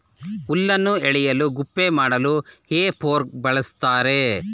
ಹುಲ್ಲನ್ನು ಎಳೆಯಲು ಗುಪ್ಪೆ ಮಾಡಲು ಹೇ ಫೋರ್ಕ್ ಬಳ್ಸತ್ತರೆ